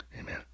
Amen